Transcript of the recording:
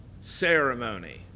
ceremony